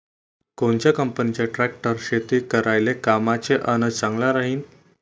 कोनच्या कंपनीचा ट्रॅक्टर शेती करायले कामाचे अन चांगला राहीनं?